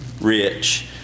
rich